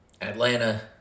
Atlanta